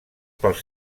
pels